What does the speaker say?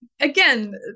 Again